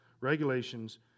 regulations